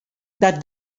that